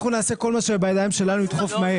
אנחנו נעשה כל מה שבידיים שלנו כדי לדחוף מהר.